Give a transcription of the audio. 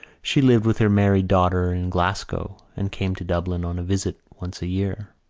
she lived with her married daughter in glasgow and came to dublin on a visit once a year.